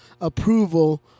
approval